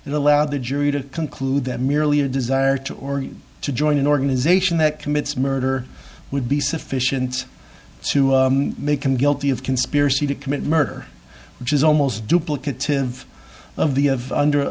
and allow the jury to conclude that merely a desire to or to join in order ization that commits murder would be sufficient to make him guilty of conspiracy to commit murder which is almost duplicative of the of under